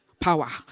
Power